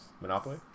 Monopoly